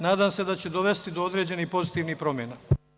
Nadam se da će dovesti određenih pozitivnih promena.